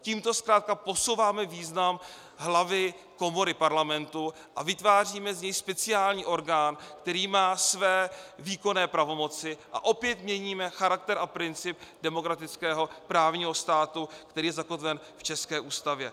Tímto zkrátka posouváme význam hlavy komory parlamentu a vytváříme z ní speciální orgán, který má své výkonné pravomoci, a opět měníme charakter a princip demokratického právního státu, který je zakotven v české ústavě.